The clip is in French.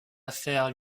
affaire